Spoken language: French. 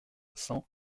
cent